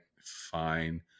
fine